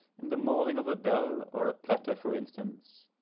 in the moulding of a bell or a platter for instance,